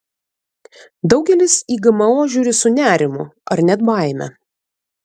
daugelis į gmo žiūri su nerimu ar net baime